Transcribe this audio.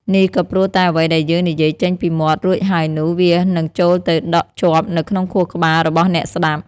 នេះក៏ព្រោះតែអ្វីដែលយើងនិយាយចេញពីមាត់រួចហើយនោះ វានឹងចូលទៅដក់ជាប់នៅក្នុងខួរក្បាលរបស់អ្នកស្តាប់។